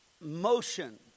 motion